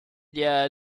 their